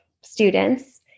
students